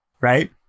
right